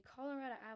Colorado